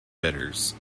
bidders